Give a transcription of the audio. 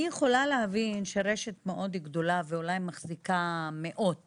אני יכולה להבין שרשת מאוד גדולה ואולי מחזיקה מאות